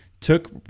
took